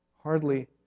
hardly